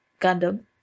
Gundam